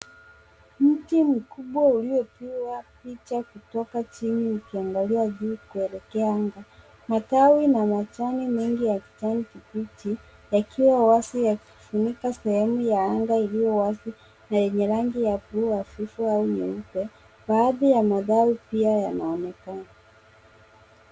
Mti mkubwa uliopigwa picha kutoka chini ukiangalia juu kuelekea anga. Matawi na majani mengi ya kijani kibichi, yakiwa wazi ya kufunika sehemu ya anga iliyo wazi na lenye rangi ya buluu hafifu au nyeupe. Baadhi ya magari pia yanaonekana.